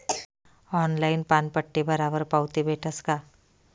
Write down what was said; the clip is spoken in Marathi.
ऑनलाईन पानपट्टी भरावर पावती भेटस का?